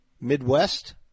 Midwest